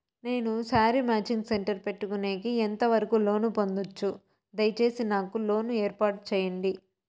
నేను sari matching centre పెట్టుకునేకి ఎంత వరకు లోను పొందొచ్చు? దయసేసి నాకు లోను ఏర్పాటు సేయండి?